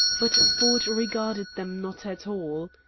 but ford regarded them not at all.